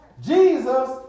Jesus